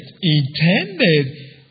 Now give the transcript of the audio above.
intended